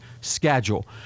schedule